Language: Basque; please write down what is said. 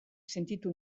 sentitu